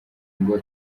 ngo